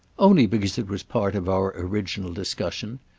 only because it was part of our original discussion.